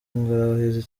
ingorabahizi